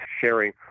sharing